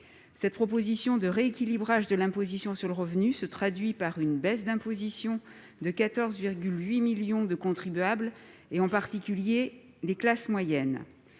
Cette proposition de rééquilibrage de l'imposition sur le revenu se traduit par une baisse d'imposition pour 14,8 millions de contribuables, en particulier ceux des classes moyennes.